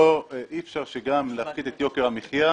אי אפשר גם להפחית את יוקר המחייה